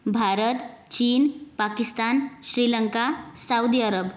भारत चीन पाकिस्तान श्रीलंका सौदी अरब